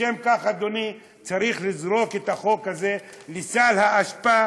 משום כך, אדוני, צריך לזרוק את החוק הזה לסל האשפה